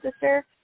sister